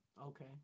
Okay